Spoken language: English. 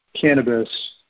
cannabis